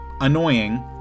annoying